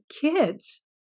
kids